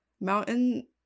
Mountain